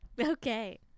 Okay